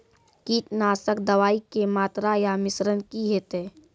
कीटनासक दवाई के मात्रा या मिश्रण की हेते?